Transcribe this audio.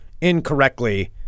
incorrectly